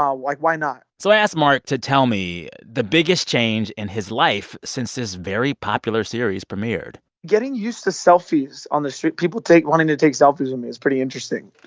um like why not? so i asked mark to tell me the biggest change in his life since this very popular series premiered getting used to selfies on the street people take wanting to take selfies with me is pretty interesting.